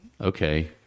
Okay